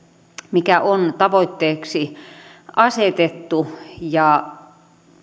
mikä on tavoitteeksi asetettu ja